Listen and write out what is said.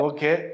Okay